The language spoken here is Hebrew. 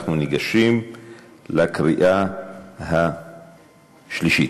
אנחנו ניגשים לקריאה השלישית,